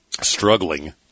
struggling